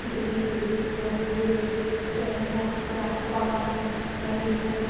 Delhi Bombay Kerala Japan America